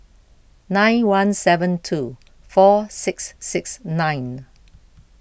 nine one seven two four six six nine